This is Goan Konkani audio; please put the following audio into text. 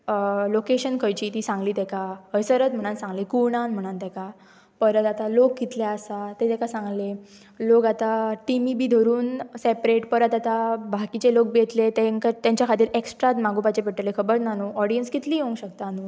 लोकेशन खंयची ती सांगली तेका हयसरच म्हणून सांगली कुर्णान म्हणून ताका परत आतां लोक कितले आसा ते ताका सांगलें लोक आतां टिमी बी धरून सेपरेट परत आतां बाकीचे लोक बी येतले तांकां तांच्या खातीर एक्स्ट्रात मागवपाचें पडटलें खबर ना न्हय ऑडियन्स कितली येवं शकता न्हय